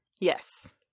Yes